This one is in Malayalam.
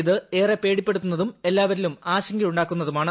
ഇതേറെ പേടിപെടുത്തുന്നതും എല്ലാവരിലും ആശങ്കയുണ്ടാക്കുന്നതുമാണ്